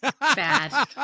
Bad